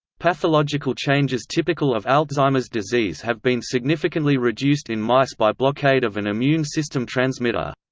pathological changes typical of alzheimer's disease have been significantly reduced in mice by blockade of an immune system transmitter.